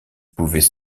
pouvaient